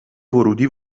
ورودی